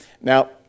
Now